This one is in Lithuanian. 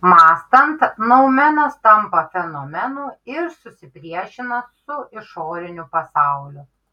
mąstant noumenas tampa fenomenu ir susipriešina su išoriniu pasauliu